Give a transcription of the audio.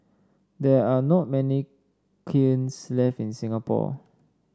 there are not many kilns left in Singapore